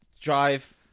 drive